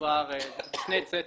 מדובר בשני סטים.